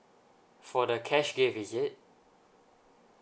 for the cash gift is it